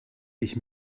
ich